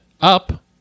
up